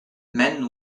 men